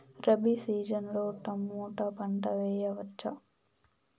Rabi season లో tomato పంట వేయవచ్చా?